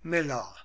miller